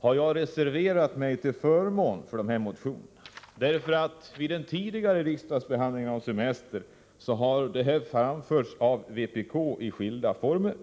har jag reserverat mig till förmån för dessa motioner. Vid den tidigare riksdagsbehandlingen av semesterfrågorna framförde vpk samma synpunkter i skilda former.